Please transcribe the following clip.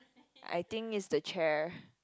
I think it's the chair